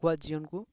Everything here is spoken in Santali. ᱟᱠᱚᱣᱟᱜ ᱡᱤᱭᱚᱱ ᱠᱚ